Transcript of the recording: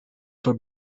for